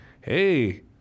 hey